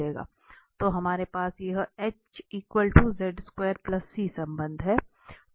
तो हमारे पास यह संबंध है